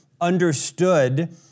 understood